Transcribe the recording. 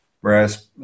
whereas